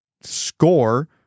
score